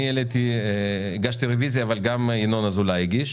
אני הגשתי רביזיה אבל גם ינון אזולאי הגיש.